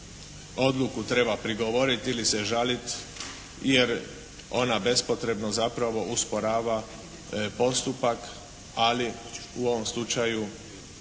odluku treba prigovoriti ili se žaliti. Jer ona bespotrebno zapravo usporava postupak. Ali u ovom slučaju